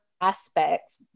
aspects